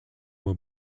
will